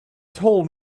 told